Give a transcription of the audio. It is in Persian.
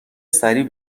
سریع